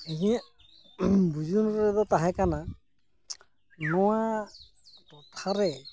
ᱤᱧᱟᱹᱜ ᱵᱩᱡᱩᱱ ᱨᱮᱫᱚ ᱛᱟᱦᱮᱸ ᱠᱟᱱᱟ ᱱᱚᱣᱟ ᱴᱚᱴᱷᱟᱨᱮ